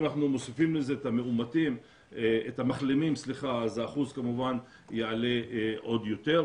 אם אנחנו מוסיפים לזה את המחלימים אז האחוז כמובן יעלה עוד יותר.